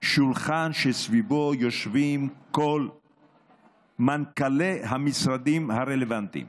שולחן שסביבו יושבים כל מנכ"לי המשרדים הרלוונטיים.